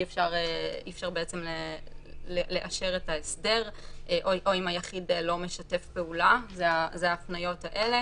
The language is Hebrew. אפשר לאשר את הסדר או אם היחיד לא משתף פעולה - זה ההפניות האלה.